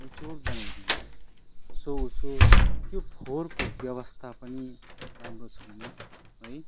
निचोड बनाइदिन्छ सो उसो त्यो फोहोरको व्यवस्था पनि राम्रो छैन है